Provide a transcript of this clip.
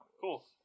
Cool